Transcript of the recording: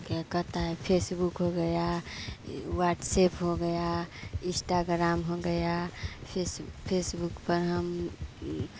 क्या कहता है फेसबुक हो गया व्हाटसेप हो गया इस्टाग्राम हो गया फेस फेसबुक पर हम